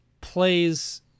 plays